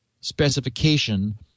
specification